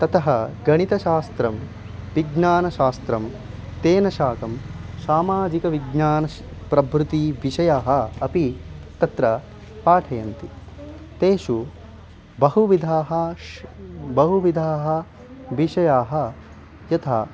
ततः गणितशास्त्रं विज्ञानशास्त्रं तेन साकं सामाजिकविज्ञानं प्रभृतयः विषयाः अपि तत्र पाठयन्ति तेषु बहुविधाः श् बहुविधाः विषयाः यथा